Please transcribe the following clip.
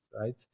right